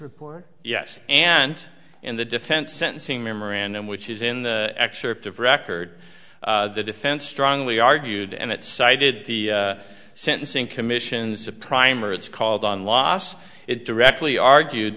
report yes and in the defense sentencing memorandum which is in the excerpt of record the defense strongly argued and it cited the sentencing commission's a primer it's called on loss it directly argued